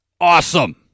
Awesome